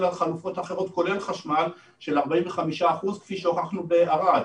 החלופות האחרות כולל חשמל של 45% כפי שהוכחנו בערד.